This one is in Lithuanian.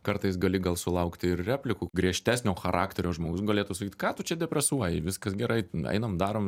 kartais gali gal sulaukti ir replikų griežtesnio charakterio žmogus galėtų sakyt ką tu čia depresuoji viskas gerai einam darom